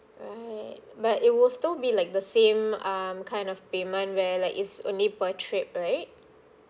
right but it will still be like the same um kind of payment where like is only per trip right